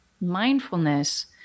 mindfulness